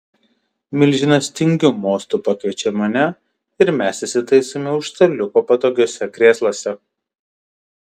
milžinas tingiu mostu pakviečia mane ir mes įsitaisome už staliuko patogiuose krėsluose